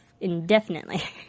indefinitely